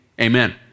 Amen